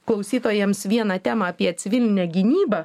klausytojams vieną temą apie civilinę gynybą